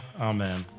Amen